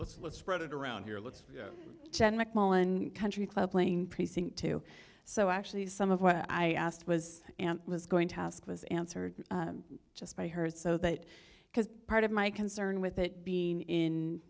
let's let's spread it around here let's check mcmullin country club playing precinct two so actually some of what i asked was and was going to ask was answered just by her so that because part of my concern with it being in